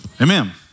Amen